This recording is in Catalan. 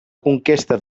conquesta